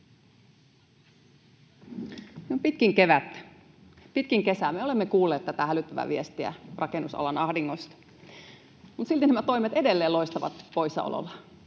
pitkin kesää me olemme kuulleet tätä hälyttävää viestiä rakennusalan ahdingosta, mutta silti nämä toimet edelleen loistavat poissaolollaan.